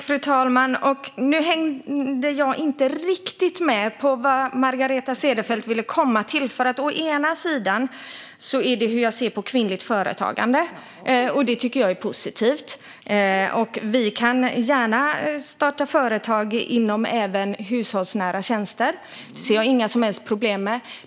Fru talman! Nu hängde jag inte riktigt med på vad Margareta Cederfelt vill komma fram till. Hon undrar hur jag ser på kvinnligt företagande. Det tycker jag är positivt. Vi kan gärna starta företag även inom hushållsnära tjänster - det ser jag inga som helst problem med.